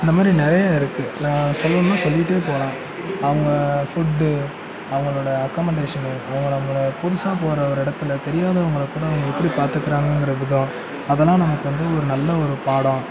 இந்தமாதிரி நிறைய இருக்கு நான் சொல்லனும்னா சொல்லிகிட்டே போகலாம் அவங்க ஃபுட்டு அவங்களோட அக்கௌமன்டேஷன்னு அவங்க நம்மளை புதுசாக போகற ஒரு இடத்துல தெரியாதவங்களக்கூட அவங்க எப்படி பார்த்துக்குறாங்கற இது தான் அதெலாம் நமக்கு வந்து ஒரு நல்ல ஒரு பாடம்